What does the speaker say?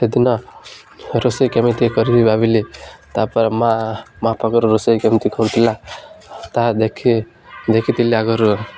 ସେଦିନ ରୋଷେଇ କେମିତି କରିବି ଭାବିଲି ତା'ପରେ ମାଆ ମାଆ ପାାଖର ରୋଷେଇ କେମିତି କରୁଥିଲା ତାହା ଦେଖି ଦେଖିଥିଲି ଆଗରୁ